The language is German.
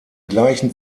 gleichen